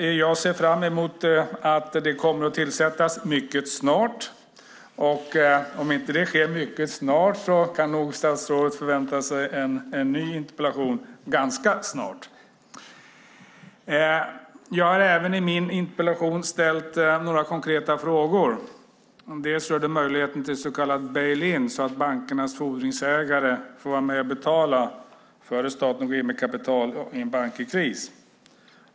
Jag ser fram emot att den kommer att tillsättas mycket snart. Om det inte sker mycket snart kan statsrådet förvänta sig en ny interpellation ganska snart. I min interpellation har jag ställt några konkreta frågor. En gäller möjligheten till så kallade bail ins så att bankernas fordringsägare får vara med och betala innan staten går in med kapital i en bank i kris.